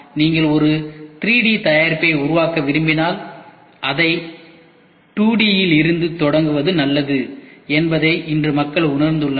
நீங்கள் ஒரு 3 டி தயாரிப்பை உருவாக்க விரும்பினால் அதை 2டி இல் இருந்து தொடங்குவது நல்லது என்பதை இன்று மக்கள் உணர்ந்துள்ளனர்